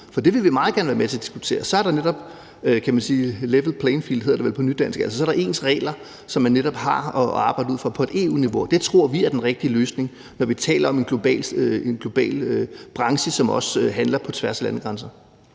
for det vil vi meget gerne være med til at diskutere. Så kan man sige, at der netop er level playing field, hedder det vel på nydansk, altså at der er ens regler, som man netop har at arbejde ud fra på et EU-niveau, og det tror vi er den rigtige løsning, når vi taler om en global branche, som også handler på tværs af landegrænser.